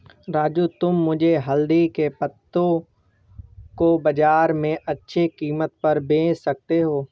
राजू तुम मुझे हल्दी के पत्तों को बाजार में अच्छे कीमत पर बेच सकते हो